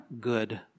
good